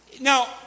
now